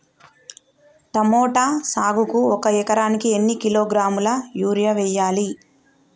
Tomato సాగుకు ఒక ఎకరానికి ఎన్ని కిలోగ్రాముల యూరియా వెయ్యాలి?